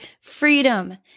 freedom